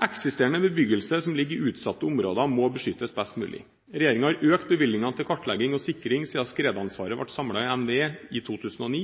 Eksisterende bebyggelse som ligger i utsatte områder, må beskyttes best mulig. Regjeringen har økt bevilgningene til kartlegging og sikring siden skredansvaret ble samlet i NVE i 2009,